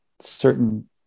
certain